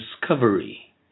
Discovery